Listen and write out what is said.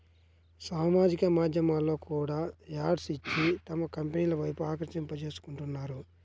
సామాజిక మాధ్యమాల్లో కూడా యాడ్స్ ఇచ్చి తమ కంపెనీల వైపు ఆకర్షింపజేసుకుంటున్నారు